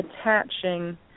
attaching